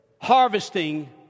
Harvesting